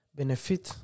benefit